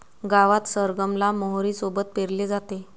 गावात सरगम ला मोहरी सोबत पेरले जाते